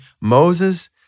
Moses